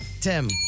Tim